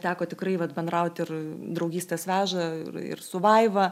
teko tikrai vat bendrauti ir draugystės veža ir ir su vaiva